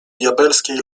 diabelskiej